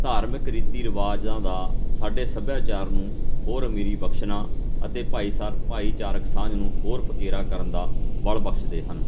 ਧਾਰਮਿਕ ਰੀਤੀ ਰਿਵਾਜ਼ਾਂ ਦਾ ਸਾਡੇ ਸੱਭਿਆਚਾਰ ਨੂੰ ਹੋਰ ਅਮੀਰੀ ਬਖਸ਼ਣਾ ਅਤੇ ਭਾਈਸਾਰ ਭਾਈਚਾਰਕ ਸਾਂਝ ਨੂੰ ਹੋਰ ਪਕੇਰਾ ਕਰਨ ਦਾ ਬਲ ਬਖਸ਼ਦੇ ਹਨ